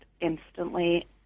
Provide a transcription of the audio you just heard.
instantly